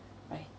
right